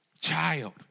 child